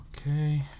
Okay